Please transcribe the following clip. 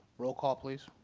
roll call, please.